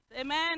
Amen